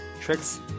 tricks